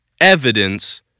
evidence